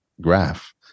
graph